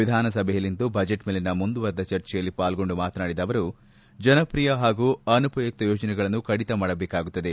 ವಿಧಾನಸಭೆಯಲ್ಲಿಂದು ಬಜೆಟ್ ಮೇಲಿನ ಮುಂದುವರೆದ ಚರ್ಚೆಯಲ್ಲಿ ಪಾಲ್ಗೊಂಡು ಮಾತನಾಡಿದ ಅವರು ಜನಪ್ರಿಯ ಹಾಗೂ ಅನುಪಯುಕ್ತ ಯೋಜನೆಗಳನ್ನು ಕಡಿತ ಮಾಡಬೇಕಾಗುತ್ತದೆ